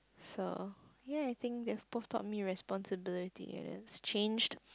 so ya I think they boost top me responsibility and this changed